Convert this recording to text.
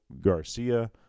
Garcia